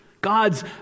God's